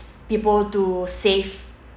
people to save